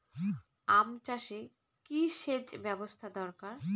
আম চাষে কি সেচ ব্যবস্থা দরকার?